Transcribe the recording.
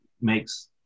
makes